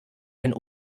ein